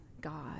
God